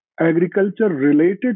Agriculture-related